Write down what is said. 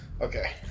Okay